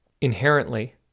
inherently